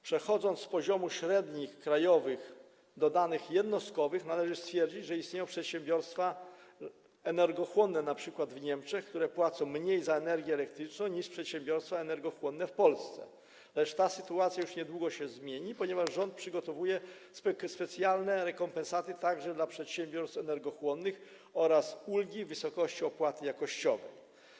Przechodząc z poziomu średnich krajowych do danych jednostkowych, należy stwierdzić, że istnieją przedsiębiorstwa energochłonne, np. w Niemczech, które płacą mniej za energię elektryczną niż przedsiębiorstwa energochłonne w Polsce, lecz ta sytuacja już niedługo się zmieni, ponieważ rząd przygotowuje specjalne rekompensaty także dla przedsiębiorstw energochłonnych oraz ulgi w wysokości opłaty jakościowej.